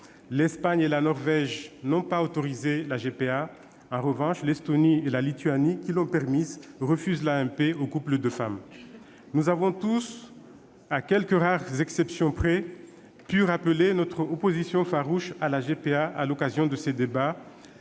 L'Espagne et la Norvège n'ont pas autorisé la GPA. En revanche, l'Estonie et la Lituanie, qui l'ont permise, refusent l'AMP aux couples de femmes. À l'occasion de ces débats, nous avons tous, à quelques rares exceptions près, pu rappeler notre opposition farouche à la GPA, laquelle est